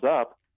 up